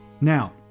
Now